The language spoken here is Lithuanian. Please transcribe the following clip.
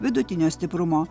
vidutinio stiprumo